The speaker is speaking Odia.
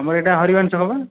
ଆମର ଏଇଟା ହରି ଭାଇନା ଛକ ପା